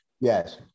yes